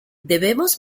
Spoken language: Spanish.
debemos